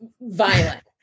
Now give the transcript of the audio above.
violent